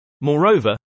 Moreover